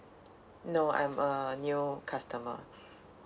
no I'm a new customer